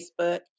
Facebook